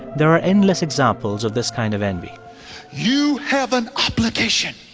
there are endless examples of this kind of envy you have an obligation.